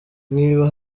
niba